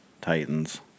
Titans